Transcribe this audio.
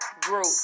Group